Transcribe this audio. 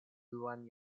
duan